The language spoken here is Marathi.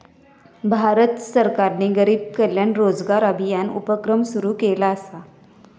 भारत सरकारने गरीब कल्याण रोजगार अभियान उपक्रम सुरू केला असा